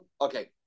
okay